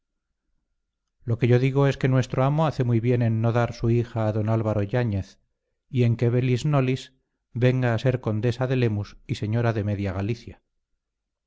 lo que yo digo es que nuestro amo hace muy bien en no dar su hija a don álvaro yáñez y en que velis nolis venga a ser condesa de lemus y señora de media galicia